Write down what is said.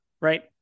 Right